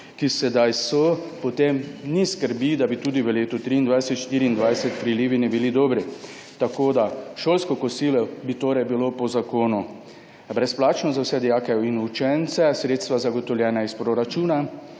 so sedaj, potem ni skrbi, da bi tudi v letih 2023, 2024 ne bili dobri. Šolsko kosilo bi torej bilo po zakonu brezplačno za vse dijake in učence, sredstva zagotovljena iz proračuna,